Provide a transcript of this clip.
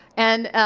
and